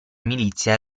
milizia